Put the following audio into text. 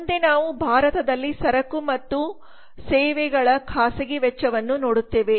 ಮುಂದೆ ನಾವು ಭಾರತದಲ್ಲಿ ಸರಕು ಮತ್ತು ಸೇವೆಗಳ ಖಾಸಗಿ ವೆಚ್ಚವನ್ನು ನೋಡುತ್ತೇವೆ